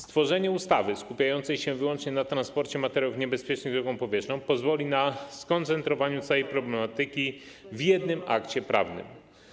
Stworzenie ustawy skupiającej się wyłącznie na transporcie materiałów niebezpiecznych drogą powietrzną pozwoli na skoncentrowaniu całej problematyki w jednym akcie prawnym.